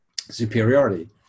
superiority